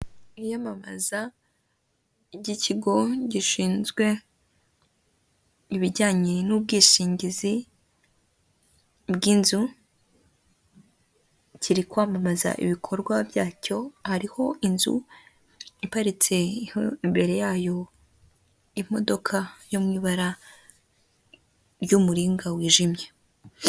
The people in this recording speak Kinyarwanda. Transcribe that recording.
Iyamamaza ry'ikigo gishinzwe ibijyanye n'ubwishingizi, bw'inzu kiri kwamamaza ibikorwa byacyo, hariho inzu iparitseho imbere yayo imodoka yo mu ibara ry'umuringa wijimye.